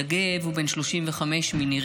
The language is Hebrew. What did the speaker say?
יגב הוא בן 35 מנירים.